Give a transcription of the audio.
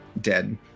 dead